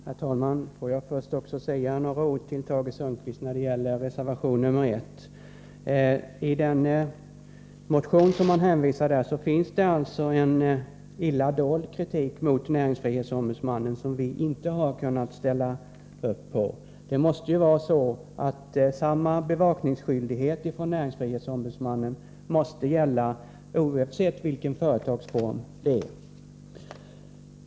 Herr talman! Får jag först säga några ord till Tage Sundkvist när det gäller reservation nr 1. I den motion som man där hänvisar till finns det en illa dold kritik mot näringsfrihetsombudsmannen, som vi inte har kunnat ställa upp bakom. Det måste vara så, att samma bevakningsskyldighet ifrån näringsfrihetsombudsmannen gäller oavsett vilken företagsform det är fråga om.